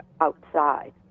outside